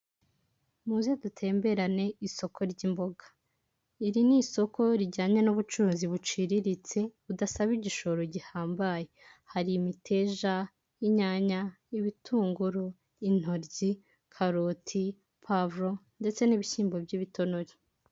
Muze dutemberane isoko ry'imboga iri ni isoko rijyanye n'ubucuruzi buciriritse budasaba igishoro gihambaye hari imiteja, inyanya, ibitunguru, intoryi, karoti, pavuro ndetse n'ibishyimbo by'ibitonoki.